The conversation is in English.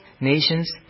nations